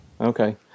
Okay